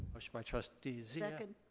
motion by trustee zia. second.